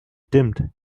dimmed